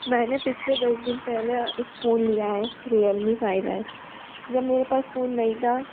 मैंने पिछले दस दिन पहले एक फ़ोन लिया है रियलमी फाइव एस जब मेरे पास फ़ोन नहीं था